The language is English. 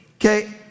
Okay